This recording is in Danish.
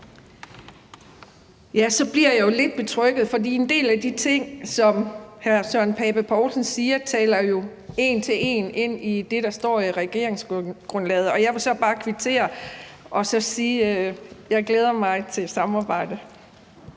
(M): Så bliver jeg jo lidt betrygget, for en del af de ting, som hr. Søren Pape Poulsen siger, taler en til en ind i det, der står i regeringsgrundlaget. Jeg vil så bare kvittere for det og sige, at jeg glæder mig til samarbejdet.